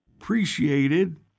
appreciated